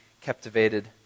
captivated